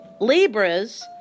Libras